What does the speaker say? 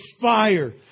fire